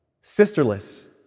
sisterless